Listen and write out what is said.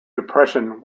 depression